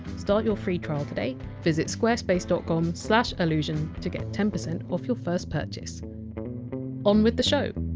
start your free trial today visit squarespace dot com slash allusion to get ten percent off your first purchase on with the show